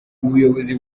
ubuyobozi